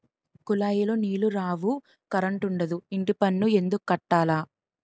కులాయిలో నీలు రావు కరంటుండదు ఇంటిపన్ను ఎందుక్కట్టాల